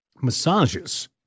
massages